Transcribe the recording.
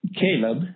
Caleb